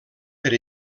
per